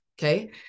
Okay